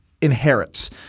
inherits